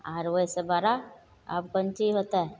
आरो ओइसँ बड़ा आब कोन चीज होतय